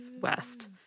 west